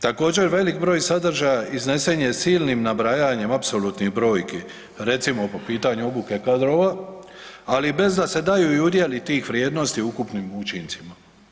Također, velik broj sadržaja iznesen je s ciljnim nabrajanjem apsolutnih brojki recimo po pitanju ukupnih kadrova, ali bez da se daju i udjeli tih vrijednosti u ukupnim učincima.